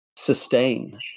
sustain